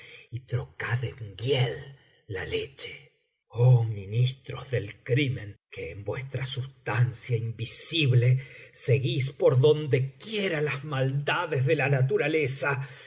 y trocad en hiél la leche oh ministros del crimen que en vuestra sustancia invisible seguís por donde quiera las maldades de la naturaleza